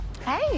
Hey